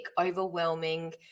overwhelming